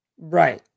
Right